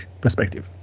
perspective